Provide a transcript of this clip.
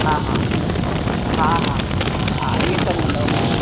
हा हा हा हा हा इहे सभु हूंदव हिन में